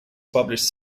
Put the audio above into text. published